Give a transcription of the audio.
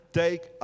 take